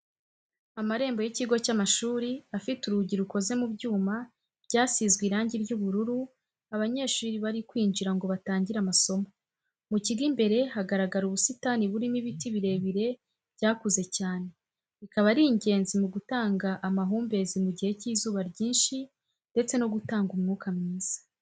Amarembo y'ikigo cy'amashuri afite urugi rukoze mu byuma byasizwe irangi ry'ubururu, abanyeshuri bari kwinjira ngo batangire amasomo, mu kigo imbere hagaragara ubusitani burimo n'ibiti birebire byakuze cyane, bikaba ari ingenzi mu gutanga amahumbezi mu gihe cy'izuba ryinshi ndetse no gutanga umwuka mwiza.